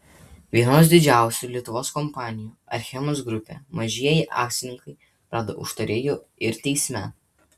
vienos didžiausių lietuvos kompanijų achemos grupė mažieji akcininkai rado užtarėjų ir teisme